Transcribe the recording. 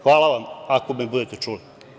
Hvala vam, ako me budete čuli.